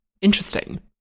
Interesting